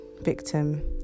victim